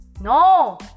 No